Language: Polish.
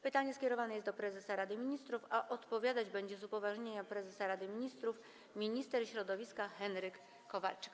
Pytanie skierowane jest do prezesa Rady Ministrów, a odpowiadać będzie, z upoważnienia prezesa Rady Ministrów, minister środowiska Henryk Kowalczyk.